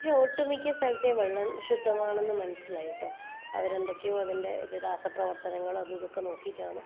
പക്ഷേ ഒട്ടു മിക്ക സ്ഥലത്തേയും വെള്ളം ശുദ്ധമാണെന്ന് മനസ്സിലായിട്ടോ അവർ എന്തൊക്കെയോ അതിൻ്റെ രാസപ്രവർത്തനങ്ങളും അതും ഇതും ഒക്കെ നോക്കിയിട്ടാണ്